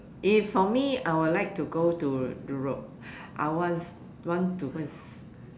if for me I would like to go to Europe I want want to go and s~